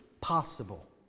possible